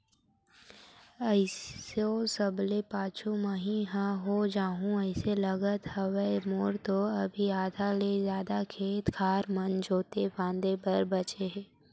एसो सबले पाछू मही ह हो जाहूँ अइसे लगत हवय, मोर तो अभी आधा ले जादा खेत खार मन जोंते फांदे बर बचें हे